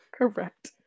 Correct